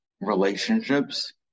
relationships